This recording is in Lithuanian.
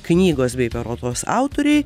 knygos bei parodos autoriai